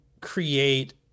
create